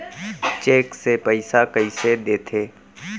Cheque से पइसा कइसे देथे?